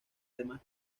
además